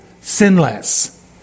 sinless